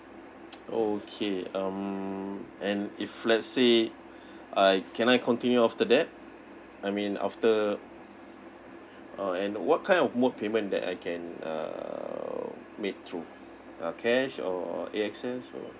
okay um and if let's say I can I continue after that I mean after uh and what kind of mode payment that I can err made through uh cash or A_X_S or